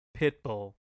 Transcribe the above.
Pitbull